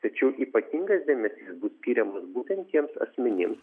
tačiau ypatingas dėmesys bus skiriamas būtent tiems asmenims